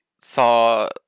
saw